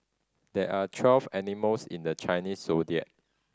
there are twelve animals in the Chinese Zodiac